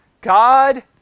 God